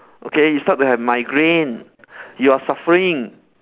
okay you start to have migraine you are suffering